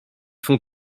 font